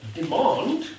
demand